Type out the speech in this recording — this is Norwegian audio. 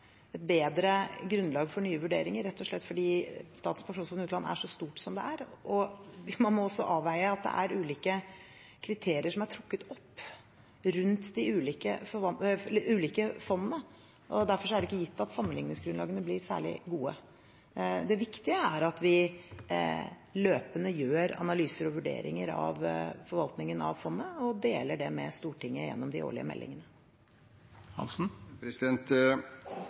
bedre grunnlag for nye vurderinger, rett og slett fordi Statens pensjonsfond utland er så stort som det er. Man må også avveie at det er ulike kriterier som er trukket opp rundt de ulike fondene. Derfor er det ikke gitt at sammenligningsgrunnlagene blir særlig gode. Det viktige er at vi løpende gjør analyser og vurderinger av forvaltningen av fondet og deler det med Stortinget gjennom de årlige